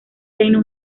reino